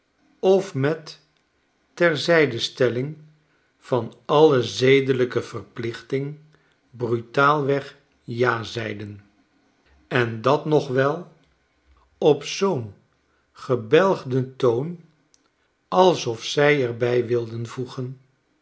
of met terzijdestelling van alle zedelijke verplichting brutaalweg ja zeiden en dat nog wel op zoo'n gebegden toon alsof zij er bij wilden voegen